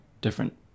different